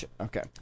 Okay